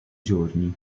giorni